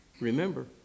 Remember